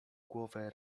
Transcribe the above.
głowę